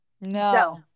No